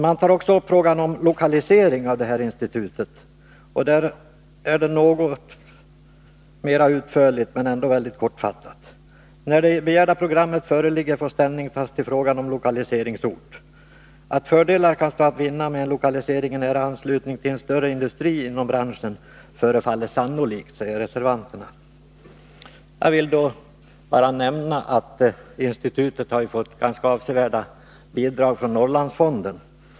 Man tar också upp frågan om lokaliseringen av detta institut, och där är motiveringen något utförligare men ändå mycket kortfattad: ”När det begärda programmet föreligger får ställning tas till frågan om lokaliseringsort. Att fördelar kan stå att vinna med en lokalisering i nära anslutning till en större industri inom branschen förefaller sannolikt.” Institutet har fått ganska avsevärda bidrag från Norrlandsfonden.